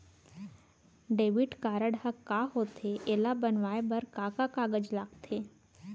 Debit card ह का होथे एला बनवाए बर का का कागज लगथे?